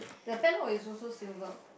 the padlock is also silver